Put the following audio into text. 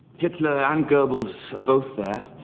hitler and goebbels are both there.